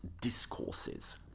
discourses